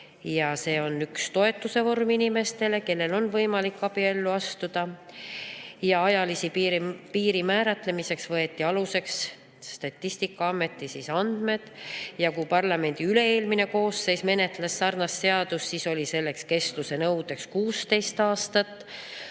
et see on üks toetuste vorm inimestele, kellel on võimalik abiellu astuda. Ajalise piiri määratlemiseks võeti aluseks Statistikaameti andmed. Kui parlamendi üle-eelmine koosseis menetles sarnast seadust, siis oli kestuse nõue 16 aastat.